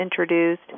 introduced